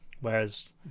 Whereas